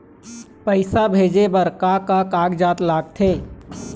पैसा भेजे बार का का कागजात लगथे?